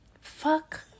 Fuck